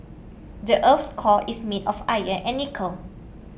the earth's core is made of iron and nickel